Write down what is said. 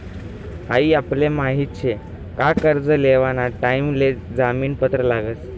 हाई आपले माहित शे का कर्ज लेवाना टाइम ले जामीन पत्र लागस